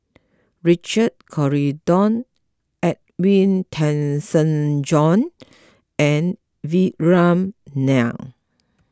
Richard Corridon Edwin Tessensohn and Vikram Nair